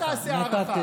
לא, אל תעשה הערכה.